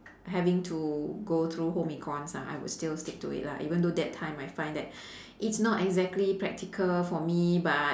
having to go through home econs ah I would still stick to it lah even though that time I find that it's not exactly practical for me but